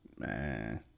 man